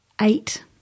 eight